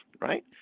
right